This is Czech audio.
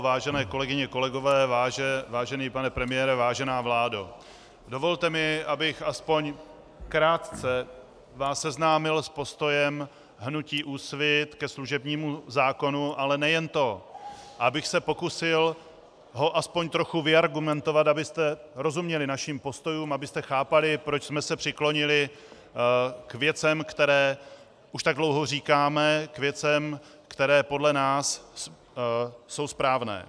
Vážené kolegyně, kolegové, vážený pane premiére, vážená vládo, dovolte mi, abych aspoň krátce vás seznámil s postojem hnutí Úsvit ke služebnímu zákonu, ale nejen to, a abych se pokusil ho aspoň trochu vyargumentovat, abyste rozuměli našim postojům, abyste chápali, proč jsme se přiklonili k věcem, které už tak dlouho říkáme, k věcem, které podle nás jsou správné.